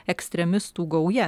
ekstremistų gauja